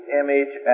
image